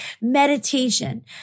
meditation